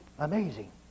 amazing